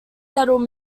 settled